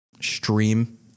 stream